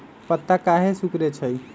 पत्ता काहे सिकुड़े छई?